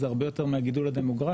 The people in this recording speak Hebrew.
זה הרבה יותר מהגידול הדמוגרפי,